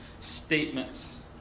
statements